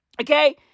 Okay